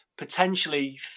potentially